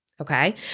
okay